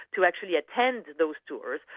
to actually attend those tours,